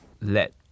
let